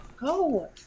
Go